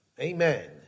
Amen